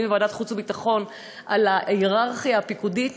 מוועדת החוץ והביטחון על ההייררכיה הפיקודית,